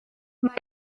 mae